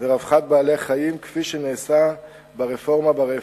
ורווחת בעלי-החיים, כפי שנעשה ברפורמה ברפת.